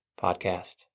Podcast